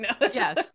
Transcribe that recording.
Yes